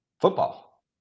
Football